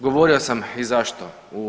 Govorio sam i zašto.